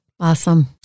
Awesome